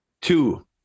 Two